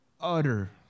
utter